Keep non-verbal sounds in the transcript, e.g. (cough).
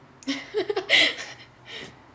(laughs)